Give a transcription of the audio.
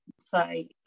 say